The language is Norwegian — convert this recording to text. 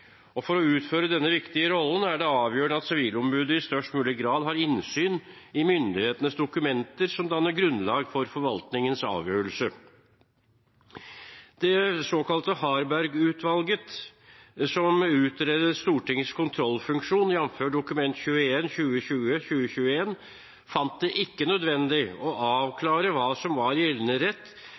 menneskerettighetene. For å utføre denne viktige rollen er det avgjørende at Sivilombudet i størst mulig grad har innsyn i myndighetenes dokumenter som danner grunnlag for forvaltningens avgjørelse. Det såkalte Harberg-utvalget, som utredet Stortingets kontrollfunksjon, jf. Dokument 21 for 2020–2021, fant det ikke nødvendig å avklare hva som var